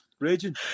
Raging